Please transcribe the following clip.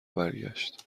برگشت